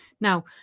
Now